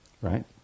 Right